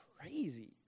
crazy